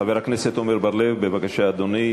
חבר הכנסת עמר בר-לב, בבקשה, אדוני.